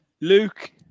Luke